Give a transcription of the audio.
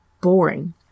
boring